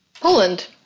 Poland